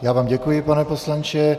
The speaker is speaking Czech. Já vám děkuji, pane poslanče.